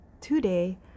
today